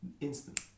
Instant